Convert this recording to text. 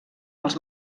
els